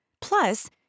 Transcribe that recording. Plus